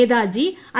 Netaji I